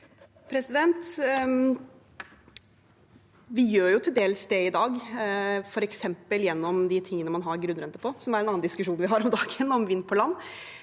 Vi gjør jo til dels det i dag, f.eks. gjennom det man har grunnrente på – som er en annen diskusjon vi har om dagen, om vind på land.